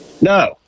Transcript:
No